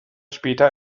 später